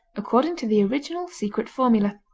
according to the original secret formula,